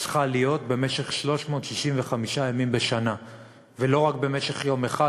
צריכה להיות במשך 365 ימים בשנה ולא רק במשך יום אחד,